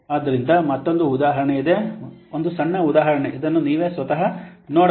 ಆದ್ದರಿಂದ ಮತ್ತೊಂದು ಉದಾಹರಣೆಯಿದೆ ಒಂದು ಸಣ್ಣ ಉದಾಹರಣೆ ಇದನ್ನು ನೀವೇ ಸ್ವತಃ ನೋಡಬಹುದು